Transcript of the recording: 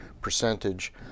percentage